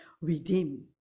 redeem